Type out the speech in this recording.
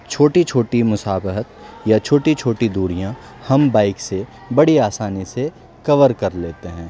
چھوٹی چھوٹی مسافت یا چھوٹی چھوٹی دوریاں ہم بائک سے بڑی آسانی سے کور کر لیتے ہیں